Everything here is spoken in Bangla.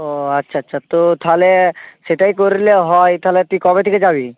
ও আচ্ছা আচ্ছা তো তাহলে সেটাই করলে হয় তাহলে তুই কবে থেকে যাবি